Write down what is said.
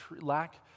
lack